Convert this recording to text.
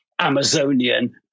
Amazonian